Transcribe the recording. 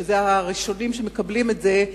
שהם הראשונים שמקבלים את זה,